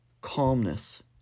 calmness